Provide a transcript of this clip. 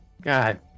God